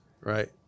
right